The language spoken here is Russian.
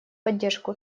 поддержку